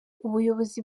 ubuyobozi